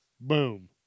boom